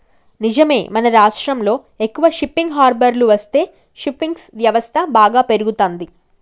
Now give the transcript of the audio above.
నిజమే మన రాష్ట్రంలో ఎక్కువ షిప్పింగ్ హార్బర్లు వస్తే ఫిషింగ్ వ్యవస్థ బాగా పెరుగుతంది